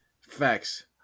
Facts